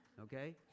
okay